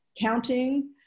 counting